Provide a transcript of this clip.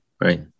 right